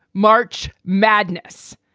march madness.